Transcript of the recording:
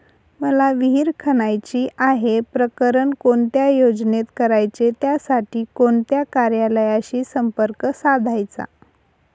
मला विहिर खणायची आहे, प्रकरण कोणत्या योजनेत करायचे त्यासाठी कोणत्या कार्यालयाशी संपर्क साधायचा?